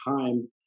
time